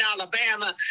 Alabama